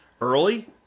early